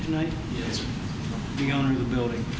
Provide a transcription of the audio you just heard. tonight the owner of the building